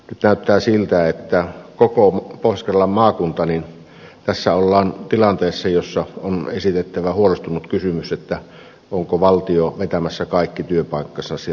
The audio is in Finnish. nyt näyttää siltä että koko pohjois karjalan maakunta on tilanteessa jossa on esitettävä huolestunut kysymys siitä onko valtio vetämässä kaikki työpaikkansa sieltä pois